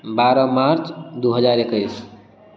बारह मार्च दू हजार एक्कैस